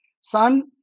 son